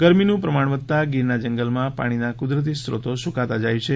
ગરમીનું પ્રમાણ વધતા ગીરના જંગલમાં પાણીના કુદરતી સ્ત્રોતો સુકાતા જાય છે